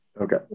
okay